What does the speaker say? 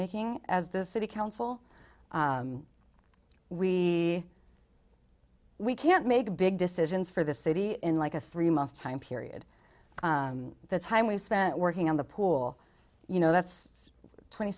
making as this city council we we can't make big decisions for the city in like a three month time period that time we spent working on the pool you know that's twenty